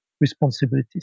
responsibilities